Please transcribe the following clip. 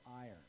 iron